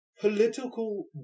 Political